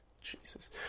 Jesus